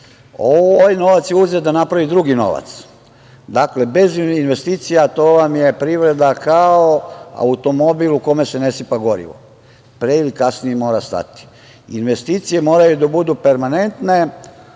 Ovaj novac je uzet da napravi drugi novac. Dakle, bez investicija to vam je privreda kao automobil u kome se ne sipa goriva. Pre ili kasnije mora stati. Investicije moraju da budu permanentne. Recimo,